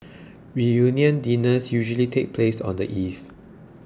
reunion dinners usually take place on the eve